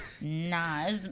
Nah